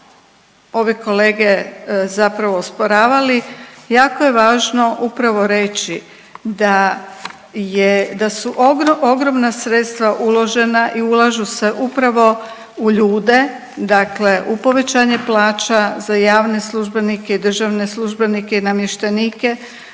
ove kolege zapravo osporavali jako je važno upravo reći da su ogromna sredstva uložena i ulažu se upravo u ljude, dakle u povećanje plaća za javne službenike i državne službenike i namještenike,